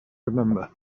remember